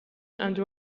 and